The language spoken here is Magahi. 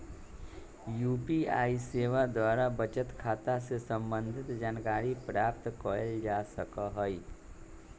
यू.पी.आई सेवा द्वारा बचत खता से संबंधित जानकारी प्राप्त कएल जा सकहइ